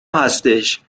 هستش